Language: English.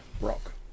rock